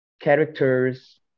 characters